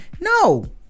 no